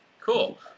Cool